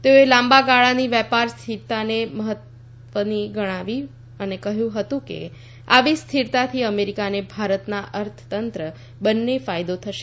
તેઓએ લાંબા ગાળાની વેપાર સ્થિરતાને મહત્વની ગણાવીને કહ્યું હતું કે આવી સ્થિરતાથી અમેરિકા અને ભારતના અર્થતંત્રને બંનેને ફાયદો થશે